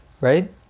right